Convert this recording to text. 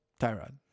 Tyrod